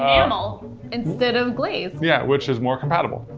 enamel instead of glaze. yeah, which is more compatible.